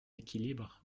équilibre